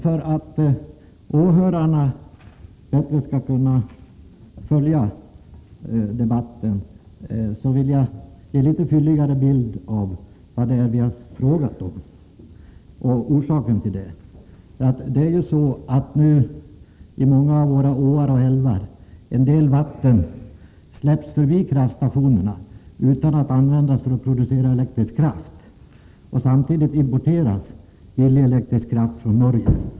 För att åhörarna bättre skall kunna följa debatten vill jag ge en litet fylligare bild av vad det är vi har frågat om och vad som är orsaken till frågorna. I många av våra åar och älvar släpps nu en del vatten förbi kraftstationerna utan att det används för att producera elektrisk kraft. Samtidigt importeras billig elektrisk kraft från Norge.